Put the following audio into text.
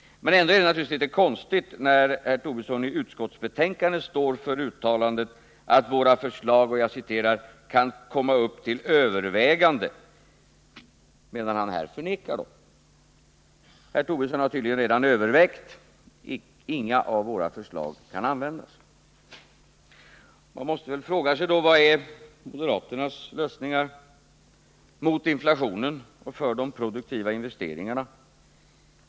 Men ändå är det naturligtvis litet konstigt att herr Tobisson i utskottsbetänkandet står för uttalandet att våra förslag ”kan komma upp till övervägande” , medan han här förnekar dem. Herr Tobisson har tydligen redan gjort den bedömningen att inget av våra förslag kan användas. Man måste då fråga sig: Vilka är moderaternas lösningar när det gäller inflationen och att åstadkomma investeringar?